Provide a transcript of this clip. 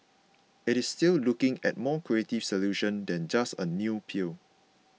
it is still looking at a more creative solution than just a new pill